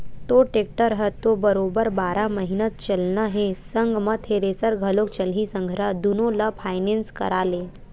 तोर टेक्टर ह तो बरोबर बारह महिना चलना हे संग म थेरेसर घलोक चलही संघरा दुनो ल फायनेंस करा ले